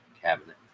cabinet